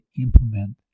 implement